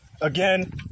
Again